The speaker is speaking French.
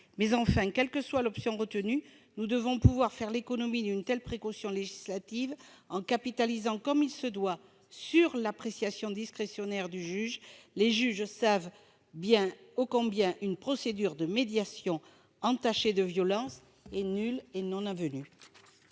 allégués. Quelle que soit l'option retenue, nous devons pouvoir faire l'économie d'une telle précaution législative en capitalisant, comme il se doit, sur l'appréciation discrétionnaire du juge. Les magistrats savent mieux que personne qu'une procédure de médiation entachée de violence est nulle et non avenue.